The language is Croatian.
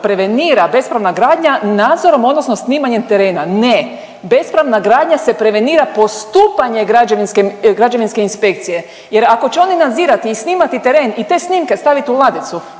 prevenira bespravna gradnja nadzorom odnosno snimanjem terena. Ne. Bespravna gradnja se prevenira postupanje građevinske, građevinske inspekcije jer ako će oni nadzirati na teren i te snimke staviti u ladicu